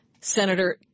Senator